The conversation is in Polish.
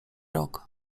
rok